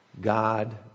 God